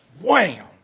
wham